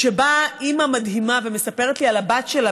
כשבאה אימא מדהימה ומספרת לי על הבת שלה